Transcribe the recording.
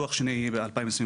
דיווח שני יהיה ב-2023.